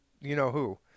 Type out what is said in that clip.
you-know-who